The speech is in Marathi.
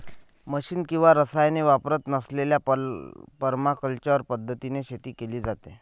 मशिन किंवा रसायने वापरत नसलेल्या परमाकल्चर पद्धतीने शेती केली जाते